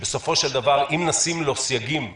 שבסופו של דבר אם נשים לו סייגים נכונים,